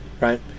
right